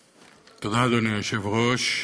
תודה, אדוני היושב-ראש.